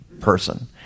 person